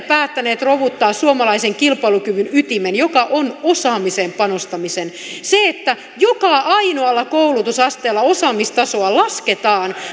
päättäneet romuttaa suomalaisen kilpailukyvyn ytimen joka on osaamiseen panostaminen se että joka ainoalla koulutusasteella osaamistasoa lasketaan